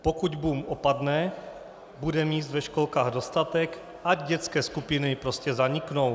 Pokud boom opadne, bude míst ve školkách dostatek, ať dětské skupiny prostě zaniknou.